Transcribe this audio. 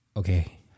okay